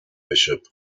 bishop